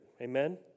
Amen